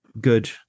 good